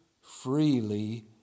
freely